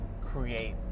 create